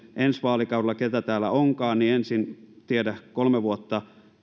ensi vaalikaudella keitä täällä silloin onkaan ensin tiedä kolme vuotta